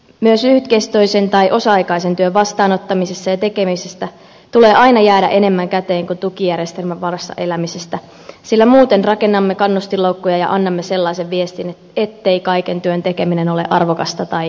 myös lyhytkestoisen tai osa aikaisen työn vastaanottamisesta ja tekemisestä tulee aina jäädä enemmän käteen kuin tukijärjestelmän varassa elämisestä sillä muuten rakennamme kannustinloukkuja ja annamme sellaisen viestin ettei kaiken työn tekeminen ole arvokasta tai vaivan väärtti